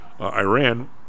Iran